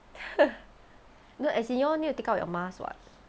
no as in you all need to take out your mask [what]